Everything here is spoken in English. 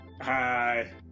hi